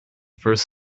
first